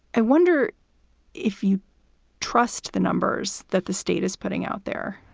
i wonder if you trust the numbers that the state is putting out there,